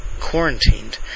quarantined